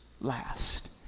last